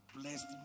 blessed